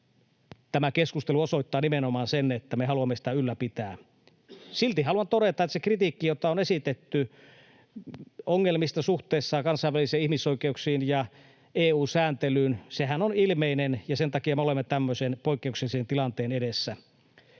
tämä keskustelu osoittaa nimenomaan sen, että me haluamme sitä ylläpitää. Silti haluan todeta, että se kritiikki, jota on esitetty ongelmista suhteessa kansainvälisiin ihmisoikeuksiin ja EU-sääntelyyn, on ilmeinen, ja sen takia me olemme tämmöisen poikkeuksellisen tilanteen edessä.